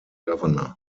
governor